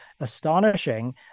astonishing